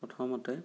প্ৰথমতে